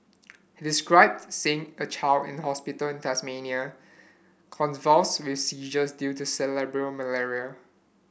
he described seeing a child in a hospital in Tanzania convulsed with seizures due to cerebral malaria